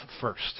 first